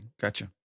Gotcha